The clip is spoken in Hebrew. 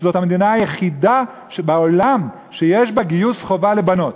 זו המדינה היחידה בעולם שיש בה גיוס חובה לבנות.